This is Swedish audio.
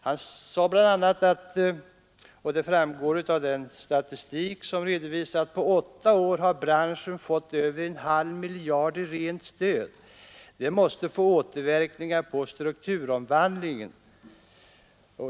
Förbundsordföranden Lehman påpekade också att det av statistiken framgår att på åtta år har branschen fått över en halv miljard i rent stöd, och det måste få återverkningar på strukturomvandlingen.